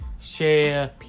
share